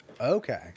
Okay